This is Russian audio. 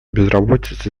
безработицы